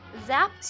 Zap